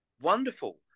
Wonderful